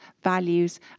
values